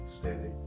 steady